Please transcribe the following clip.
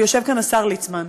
ויושב כאן השר ליצמן,